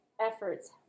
efforts